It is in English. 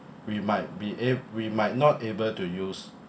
we might be if we might not able to use